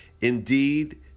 Indeed